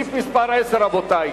סעיף מס' 10, רבותי,